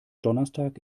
donnerstag